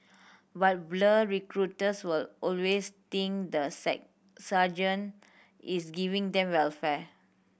but blur recruits will always think the sergeant is giving them welfare